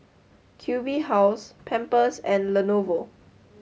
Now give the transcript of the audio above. Q B House Pampers and Lenovo